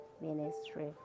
ministry